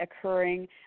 occurring